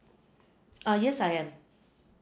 uh yes I am